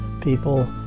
people